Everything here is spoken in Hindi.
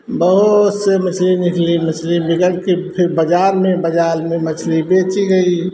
बहुत सी मछली निकली मछली निकलती फिर बाज़ार में बाज़ार में मछली बेची गई